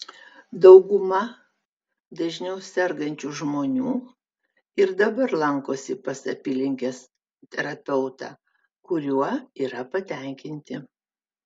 dauguma dažniau sergančių žmonių ir dabar lankosi pas apylinkės terapeutą kuriuo yra patenkinti